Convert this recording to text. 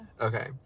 Okay